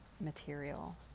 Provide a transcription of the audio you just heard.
material